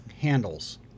handles